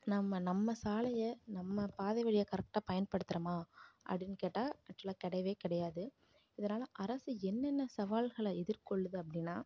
நம்ம நம்ம சாலையை நம்ம பாதை வழியை கரெக்டாக பயன்படுத்துறோமா அப்படின்னு கேட்டால் ஆக்சுவலாக கிடையவே கிடையாது இதனால் அரசு என்னென்ன சவால்களை எதிர்கொள்ளுது அப்படின்னா